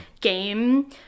game